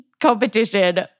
competition